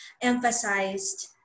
emphasized